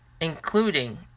Including